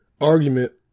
argument